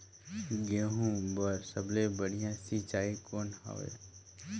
गहूं बर सबले बढ़िया सिंचाई कौन हवय?